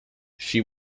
she